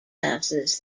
classes